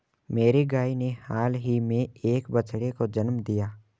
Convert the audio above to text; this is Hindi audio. मेरी गाय ने हाल ही में एक बछड़े को जन्म दिया